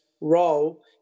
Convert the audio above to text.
role